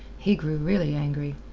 he grew really angry.